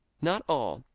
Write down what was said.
not all.